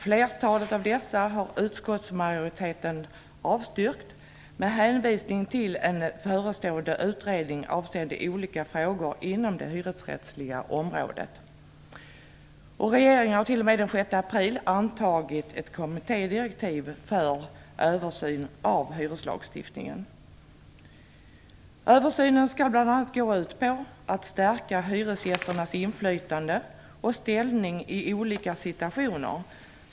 Flertalet av dessa har utskottsmajoriteten avstyrkt med hänvisning till en förestående utredning avseende olika frågor inom det hyresrättsliga området. Regeringen har den 6 april antagit ett kommittédirektiv för översyn av hyreslagstiftningen. Översynen skall bl.a. gå ut på att stärka hyresgästernas inflytande och ställning i olika situationer.